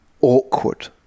awkward